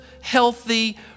healthy